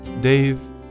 Dave